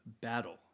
battle